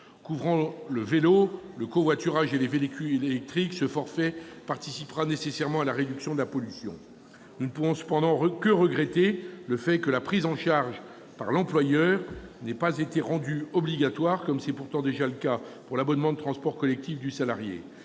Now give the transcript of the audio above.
Couvrant le vélo, le covoiturage et les véhicules électriques, ce forfait participera nécessairement à la réduction de la pollution. Nous ne pouvons cependant que regretter le fait que sa prise en charge par l'employeur n'ait pas été rendue obligatoire, comme c'est déjà le cas pour l'abonnement de transports collectifs du salarié.